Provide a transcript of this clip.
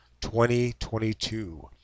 2022